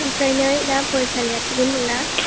ओमफ्रायनै दा फरायसालिआ थिगैनो दंना